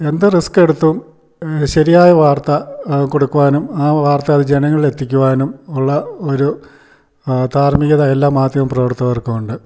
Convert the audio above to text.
എന്ത് റിസ്ക്കെടുത്തും ശരിയായ വാർത്ത കൊടുക്കുവാനും ആ വാർത്ത അത് ജനങ്ങളിൽ എത്തിക്കുവാനും ഉള്ള ഒരു ധാർമികത എല്ലാ മാധ്യമ പ്രവർത്തകർക്കും ഉണ്ട്